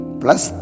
plus